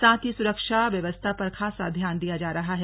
साथ ही सुरक्षा व्यवस्था पर खासा ध्यान दिया जा रहा है